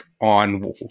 on